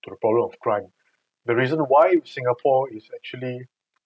to the problem of crime the reason why singapore is actually